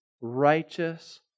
righteous